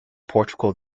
portugal